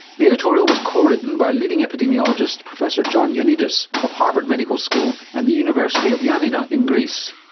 the editorial was co-written by leading epidemiologist professor john ioannidis of harvard medical school and the university of yeah ioannina in greece.